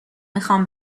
میخوام